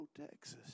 Texas